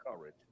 courage